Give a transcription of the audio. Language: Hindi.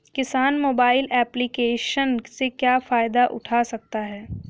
किसान मोबाइल एप्लिकेशन से क्या फायदा उठा सकता है?